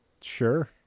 Sure